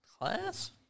Class